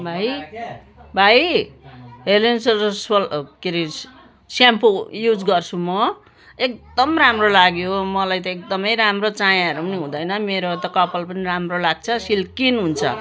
भाइ भाइ head and shoulder सो के अरे स्याम्पू युज गर्छु म एकदम राम्रो लाग्यो मलाई त एकदमै राम्रो चायाहरू पनि हुँदैन मेरो त कपाल पनि राम्रो लाग्छ सिल्किन हुन्छ